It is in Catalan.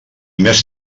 més